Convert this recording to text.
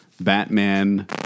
Batman